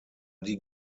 die